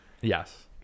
Yes